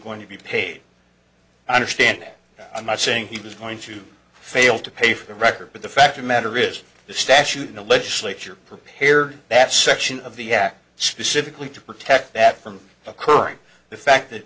going to be paid i understand i'm not saying he was going to fail to pay for the record but the fact of matter is the statute in the legislature prepared that section of the act specifically to protect that from occurring the fact that